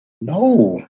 no